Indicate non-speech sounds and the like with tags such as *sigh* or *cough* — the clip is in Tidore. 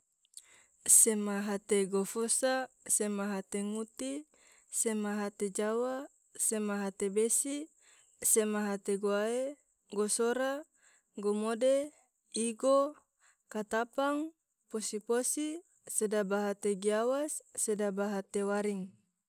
*noise* sema hate gofosa, sema hate nguti, sema hate jawa, sema hate besi, sema hate gowae, gosora, gomode, igo, *noise* katapang, posi-posi, sedaba hate giawas, sedaba hate waring. *noise*